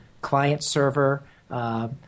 client-server